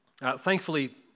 thankfully